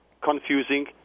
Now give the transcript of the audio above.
confusing